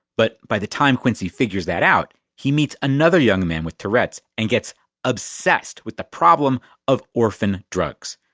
but by the time quincy figures that out, he meets another young man with tourette's and gets obsessed with the problem of orphan drugs.